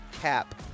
cap